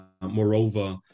moreover